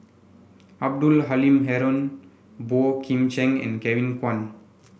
Abdul Halim Haron Boey Kim Cheng and Kevin Kwan